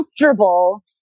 comfortable